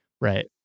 right